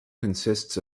consists